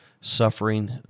suffering